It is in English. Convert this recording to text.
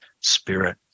spirit